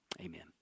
amen